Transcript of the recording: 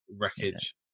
Wreckage